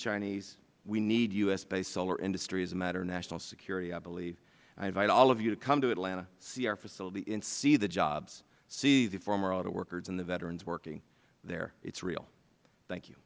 chinese we need u s based solar industries as a matter of national security i believe i invite all of you to come to atlanta see our facility and see the jobs see the former auto workers and the veterans working there it is real thank you